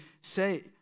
say